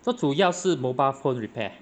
so 主要是 mobile phone repair